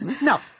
No